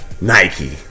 Nike